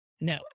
No